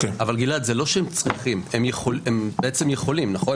אבל גלעד זה לא שהם צריכים, הם בעצם יכולים נכון?